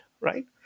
right